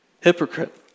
hypocrite